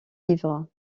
livres